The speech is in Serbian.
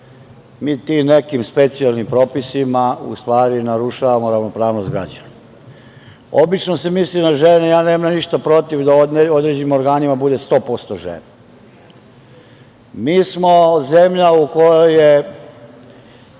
mi ti nekim specijalnim propisima u stvari narušavamo ravnopravnost građana. Obično se misli na žene. Ja nemam ništa protiv da u određenim organima bude 100% žena. Mi smo zemlja u kojoj je